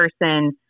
person